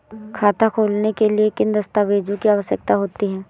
खाता खोलने के लिए किन दस्तावेजों की आवश्यकता होती है?